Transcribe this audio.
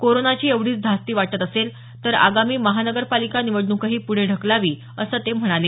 कोरोनाची एवढीच धास्ती वाटत असेल तर आगामी महानगरपालिका निवडणुकही पुढे ढकलावी असं ते म्हणाले